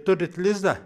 turit lizdą